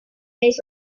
days